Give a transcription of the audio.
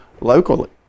locally